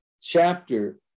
chapter